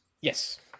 Yes